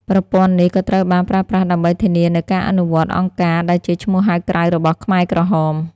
ប្រព័ន្ធនេះក៏ត្រូវបានប្រើប្រាស់ដើម្បីធានានូវការអនុវត្ត "អង្គការ" ដែលជាឈ្មោះហៅក្រៅរបស់ខ្មែរក្រហម។